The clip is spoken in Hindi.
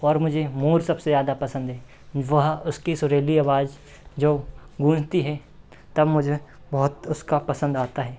और मुझे मोर सबसे ज़्यादा पसंद है वह उसकी सुरीली अवाज जो गूँजती है तब मुझे बहुत उसका पसंद आता है